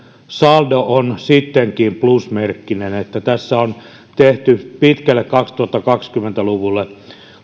saldo on sittenkin plusmerkkinen että tässä on tehty pitkälle kaksituhattakaksikymmentä luvulle